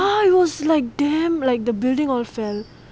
ya it was like damn like the building all fell